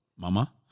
Mama